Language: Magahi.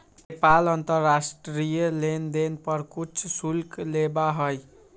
पेपाल अंतर्राष्ट्रीय लेनदेन पर कुछ शुल्क लेबा हई